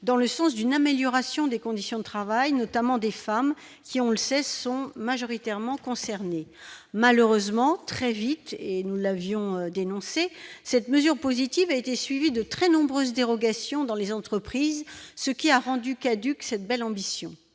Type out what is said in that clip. dans le sens d'une amélioration des conditions de travail, notamment des femmes qui, on le sait, sont majoritairement concerné malheureusement très vite et nous l'avions dénoncé cette mesure positive a été suivi de très nombreuses dérogations dans les entreprises, ce qui a rendu caduque cette belle ambition,